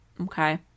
Okay